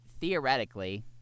theoretically